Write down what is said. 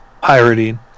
pirating